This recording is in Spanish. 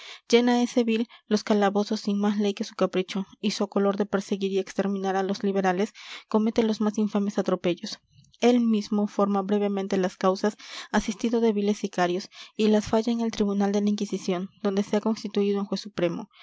llena ese vil los calabozos sin más ley que su capricho y socolor de perseguir y exterminar a los liberales comete los más infames atropellos él mismo forma brevemente las causas asistido de viles sicarios y las falla en el tribunal de la inquisición donde se ha constituido en juez supremo